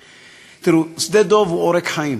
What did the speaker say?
תראו, שדה-דב הוא עורק חיים,